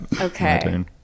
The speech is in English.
okay